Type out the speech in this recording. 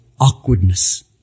awkwardness